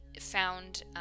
found